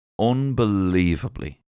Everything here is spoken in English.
unbelievably